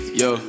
yo